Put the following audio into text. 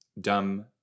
dumb